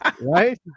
Right